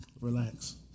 Relax